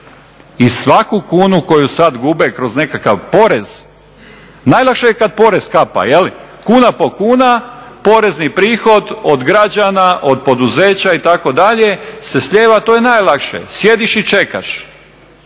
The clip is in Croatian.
i svaku kunu koju sad gube kroz nekakav porez, najlakše je kad porez kapa, kuna po kuna porezni prihod od građana, od poduzeća itd. se slijeva, to je najlakše sjediš i čekaš.